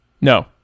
No